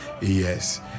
Yes